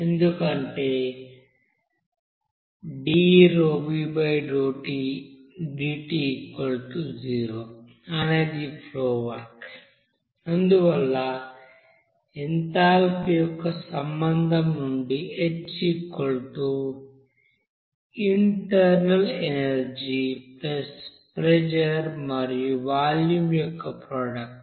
ఎందుకంటే అనేది flow work అందువల్ల ఎంథాల్పీ యొక్క సంబంధం నుండి Hఇంటర్నల్ ఎనర్జీప్రెజర్ మరియు వాల్యూమ్ యొక్క ప్రోడక్ట్